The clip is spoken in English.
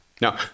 Now